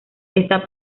está